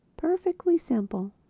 perfectly simple.